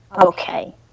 okay